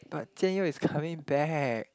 but Jian-Yong is coming back